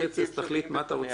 אז תחליט מה אתה רוצה לומר בהן.